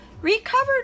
recovered